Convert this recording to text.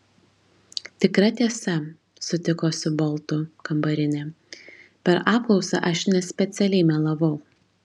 tikra tiesa sutiko su boltu kambarinė per apklausą aš nespecialiai melavau